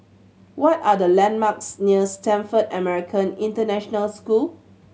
what are the landmarks near Stamford American International School